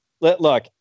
look